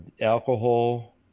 alcohol